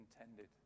intended